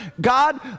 God